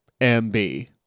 MB